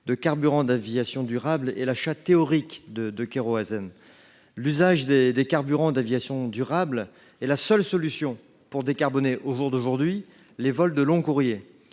de carburants d’aviation durables (CAD) et l’achat théorique de kérosène. L’usage des carburants d’aviation durables est la seule solution pour décarboner aujourd’hui les vols long courriers.